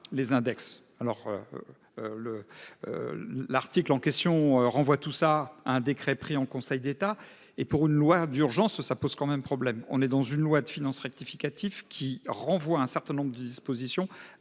les index alors. Le. L'article en question renvoie tout ça. Un décret pris en Conseil d'État et pour une loi d'urgence, ça pose quand même problème. On est dans une loi de finances rectificative qui renvoie à un certain nombre de dispositions